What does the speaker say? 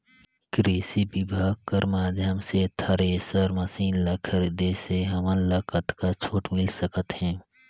कृषि विभाग कर माध्यम से थरेसर मशीन ला खरीदे से हमन ला कतका छूट मिल सकत हे?